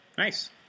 Nice